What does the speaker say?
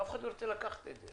אף אחד לא ירצה לקחת את זה.